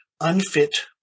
unfit